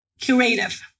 Curative